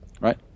right